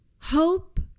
hope